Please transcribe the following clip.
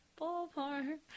Ballpark